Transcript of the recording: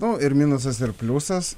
nu ir minusas ir pliusas